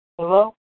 Hello